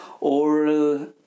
oral